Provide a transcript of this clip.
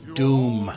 doom